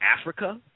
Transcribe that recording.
Africa